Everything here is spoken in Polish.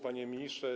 Panie Ministrze!